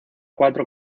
cuatro